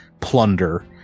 plunder